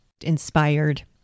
inspired